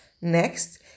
Next